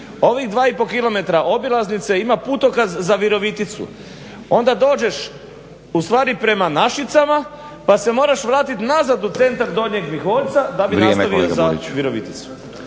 kilometra obilaznice ima putokaz za Viroviticu. Onda dođeš ustvari prema Našicama pa se moraš vratiti nazad u centar Donjeg Miholjca da bi nastavio za Viroviticu.